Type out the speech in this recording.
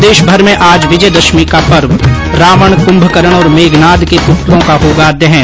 प्रदेशभर में आज विजयदशमी का पर्व रावण कुम्भकरण और मेघनाथ के पुतलों का होगा दहन